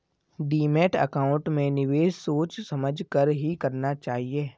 demat account में निवेश सोच समझ कर ही करना चाहिए